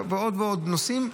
ועוד ועוד נושאים.